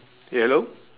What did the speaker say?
ya hello